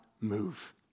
move